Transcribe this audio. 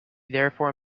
therefore